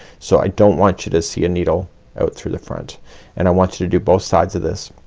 so i don't want you to see a needle out through the front and i want you to do both sides of this.